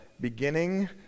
beginning